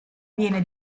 viene